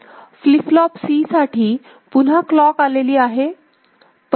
flip flop C साठी पुन्हा clock आलेली आहे